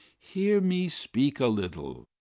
hear me speak a little